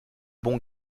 bon